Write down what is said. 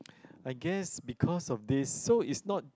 I guess because of this so it's not